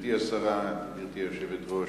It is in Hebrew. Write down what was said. גברתי היושבת-ראש,